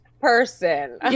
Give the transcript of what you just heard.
person